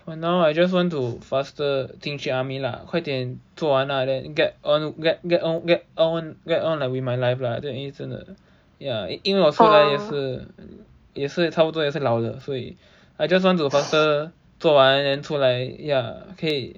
for now I just want to faster 进去 army lah 快点做完啊 then get on get on get on get on get on like with my life lah 讲真的 ya 因为我觉得也是差也是不多也是老了所以 I just want to faster 做完 then 出来 ya 可以